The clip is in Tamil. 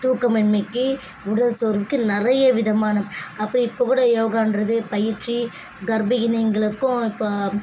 தூக்கமின்மைக்கு உடல் சோர்வுக்கு நிறைய விதமான அப்ப இப்ப கூட யோகான்றது பயிற்சி கற்பினிங்களுக்கும் இப்போ